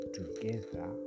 together